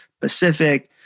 Pacific